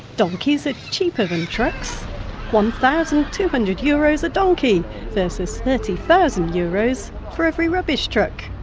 donkeys are cheaper than trucks one thousand two hundred euros a donkey versus thirty thousand euros for every rubbish truck.